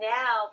now